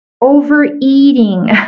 overeating